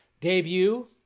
debut